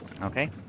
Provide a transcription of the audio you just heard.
Okay